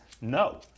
no